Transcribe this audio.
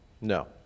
No